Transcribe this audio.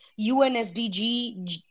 UNSDG